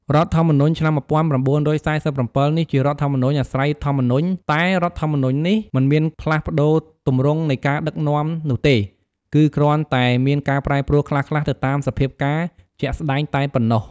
រដ្ឋធម្មនុញ្ញឆ្នាំ១៩៤៧នេះជារដ្ឋធម្មនុញ្ញអាស្រ័យធម្មនុញ្ញតែរដ្ឋធម្មនុញ្ញនេះ មិនមានផ្លាស់បប្តូរទម្រង់ នៃការដឹកនាំនោះទេ គឺគ្រាន់តែមានការប្រែប្រួលខ្លះៗ ទៅតាមសភាពការណ៍ជាក់ស្តែងតែប៉ុណ្ណោះ។